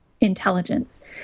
intelligence